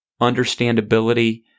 understandability